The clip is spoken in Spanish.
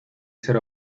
ser